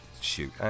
Shoot